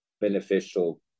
beneficial